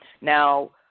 Now